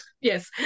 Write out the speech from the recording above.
yes